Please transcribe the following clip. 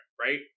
right